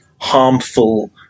harmful